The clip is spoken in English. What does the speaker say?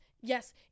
yes